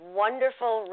wonderful